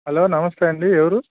hello నమస్తే అండీ ఎవరు